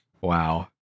Wow